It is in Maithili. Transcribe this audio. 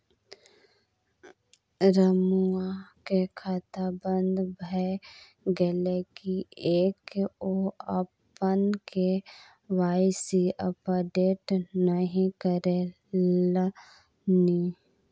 रमुआक खाता बन्द भए गेलै किएक ओ अपन के.वाई.सी अपडेट नहि करेलनि?